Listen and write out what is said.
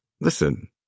listen